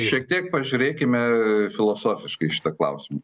šiek tiek pažiūrėkime filosofiškai į šitą klausimą